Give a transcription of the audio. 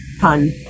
pun